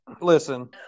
listen